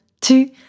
two